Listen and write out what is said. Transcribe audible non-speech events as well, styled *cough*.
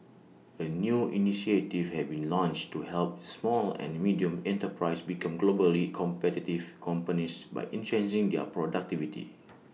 A new initiative have been launched to help small and medium enterprises become globally competitive companies by *unintelligible* their productivity